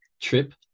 trip